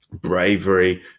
Bravery